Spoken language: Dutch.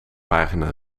pagina